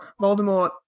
Voldemort